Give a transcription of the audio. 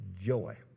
joy